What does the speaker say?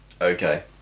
Okay